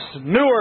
newer